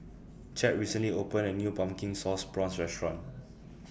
Chadd recently opened A New Pumpkin Sauce Prawns Restaurant